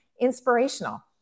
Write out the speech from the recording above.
inspirational